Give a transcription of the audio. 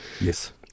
Yes